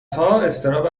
اضطراب